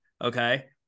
okay